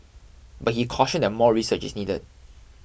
but he cautioned that more research is needed